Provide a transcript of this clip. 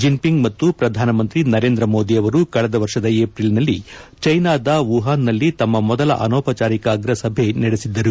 ಜಿನ್ಒಿಂಗ್ ಮತ್ತು ಪ್ರಧಾನಮಂತ್ರಿ ನರೇಂದ್ರಮೋದಿ ಅವರು ಕಳೆದ ವರ್ಷದ ಏಪ್ರಿಲ್ನಲ್ಲಿ ಚೈನಾದ ವುಹಾನ್ನಲ್ಲಿ ತಮ್ಮ ಮೊದಲ ಅನೌಪಚಾರಿಕ ಅಗ್ರಸಭೆ ನಡೆಸಿದ್ದರು